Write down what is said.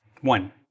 One